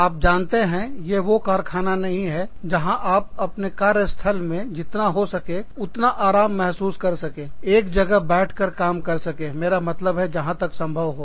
आप जानते हैं ये वो कारखाना नहीं है जहां आप अपने कार्य स्थल में जितना हो सके उतना आराम महसूस कर सके एक जगह बैठ कर काम कर सकें मेरा मतलब जहां तक संभव हो